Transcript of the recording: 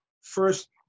first